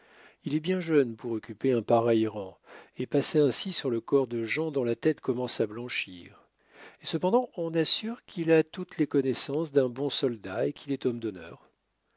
il est bien jeune pour occuper un pareil rang et passer ainsi sur le corps de gens dont la tête commence à blanchir et cependant on assure qu'il a toutes les connaissances d'un bon soldat et qu'il est homme d'honneur